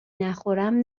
نخورم